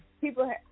people